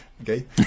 Okay